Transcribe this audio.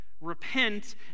Repent